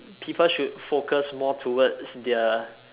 people should focus more towards their